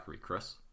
Chris